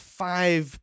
five